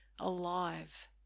alive